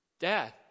Dad